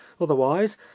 otherwise